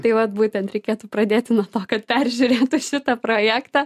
tai vat būtent reikėtų pradėti nuo to kad peržiūrėtų šitą projektą